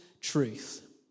Truth